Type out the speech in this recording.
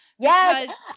Yes